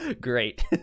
Great